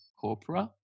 Corpora